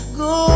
go